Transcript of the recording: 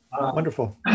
Wonderful